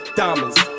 diamonds